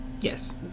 yes